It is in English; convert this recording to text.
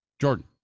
Jordan